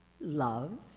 Love